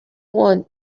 want